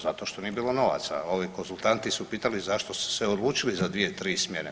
Zato što nije bilo novaca, a ovi konzultanti su pitali zašto su se odlučili za dvije, tri smjene.